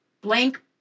blank